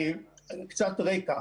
קצת רקע.